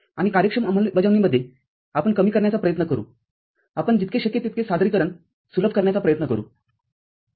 आणि कार्यक्षम अंमलबजावणीमध्येआपण कमी करण्याचा प्रयत्न करूआपण जितके शक्य तितके सादरीकरण सुलभ करण्याचा प्रयत्न करू